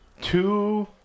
Two